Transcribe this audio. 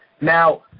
Now